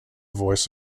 voice